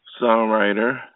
songwriter